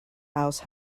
house